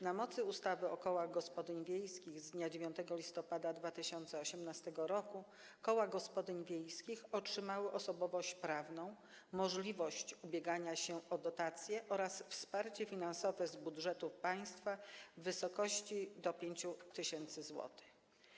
Na mocy ustawy o kołach gospodyń wiejskich z dnia 9 listopada 2018 r. koła gospodyń wiejskich otrzymały osobowość prawną, możliwość ubiegania się o dotacje oraz wsparcie finansowe z budżetu państwa w wysokości do 5 tys. zł.